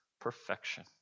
perfection